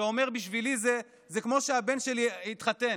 שאומר: בשבילי זה כמו שהבן התחתן?